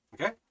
Okay